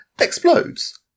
explodes